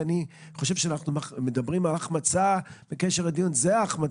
אני חושב שאנחנו מדברים על החמצה גדולה,